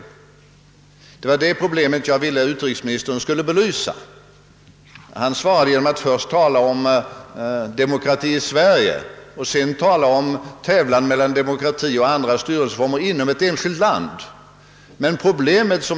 Detta problem ville jag alltså att utrikesministern skulle belysa. Han svarade med att först tala om demokratien i Sverige och sedan om tävlan mellan demokrati och andra styrelseformer inom ett enskilt land.